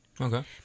Okay